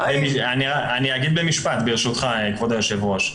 אני אגיד במשפט, ברשותך, כבוד היושב-ראש: